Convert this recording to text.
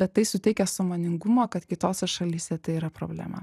bet tai suteikia sąmoningumo kad kitose šalyse tai yra problema